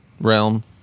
realm